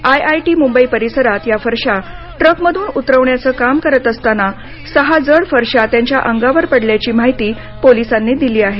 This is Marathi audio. आयआयटी मुंबई परिसरात या फरशा ट्रकमधून उतरवण्याचं काम करत असताना सहा जड फरशा त्यांच्या अंगावर पडल्याची माहिती पोलिसांनी दिली आहे